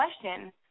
question